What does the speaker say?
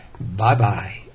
bye-bye